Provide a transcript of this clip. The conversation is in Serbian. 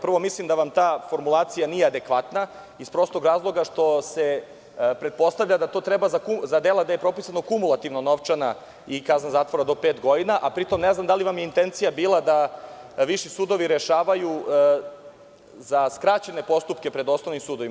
Prvo, mislim da vam ta formulacija nije adekvatna iz prostog razloga što se pretpostavlja da je to za dela gde je propisana kumulativno novčana i kazna zatvora do pet godina, a pri tom, ne znam da li vam je intencija bila da viši sudovi rešavaju za skraćene postupke pred osnovnim sudovima.